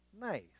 nice